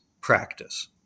practice